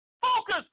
Focus